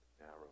narrow